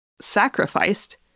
sacrificed